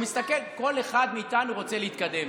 הוא מסתכל, כל אחד מאיתנו רוצה להתקדם.